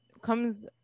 comes